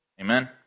Amen